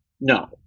no